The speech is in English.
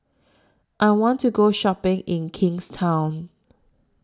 I want to Go Shopping in Kingstown